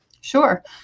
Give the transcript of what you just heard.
Sure